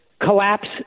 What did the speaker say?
collapse